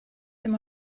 dim